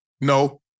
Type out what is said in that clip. No